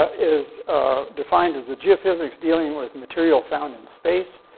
is, ah, defined as the geophysics dealing with material found in space,